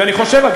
ואני חושב,